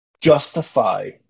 justify